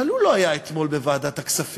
אבל הוא לא היה אתמול בוועדת הכספים.